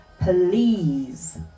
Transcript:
Please